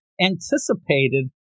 anticipated